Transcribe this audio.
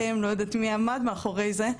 לא יודעת מי עמד מאוחרי זה,